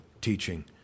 teaching